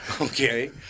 Okay